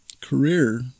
career